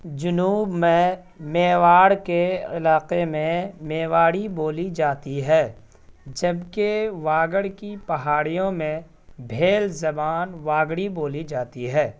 جنوب میں میواڑ کے علاقے میں میواڑی بولی جاتی ہے جبکہ واگڑ کی پہاڑیوں میں بھیل زبان واگڑی بولی جاتی ہے